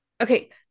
Okay